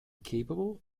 capable